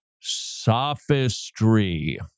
sophistry